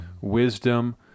wisdom